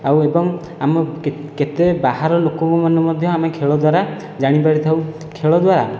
ଆଉ ଏବଂ ଆମ କେତେ ବାହାର ଲୋକମାନେ ମଧ୍ୟ ଆମେ ଖେଳ ଦ୍ୱାରା ଜାଣି ପାରିଥାଉ ଖେଳ ଦ୍ୱାରା